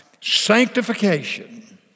sanctification